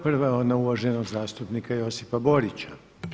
Prva je ona uvaženog zastupnika Josipa Borića.